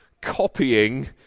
copying